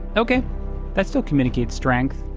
okay that still communicates strength,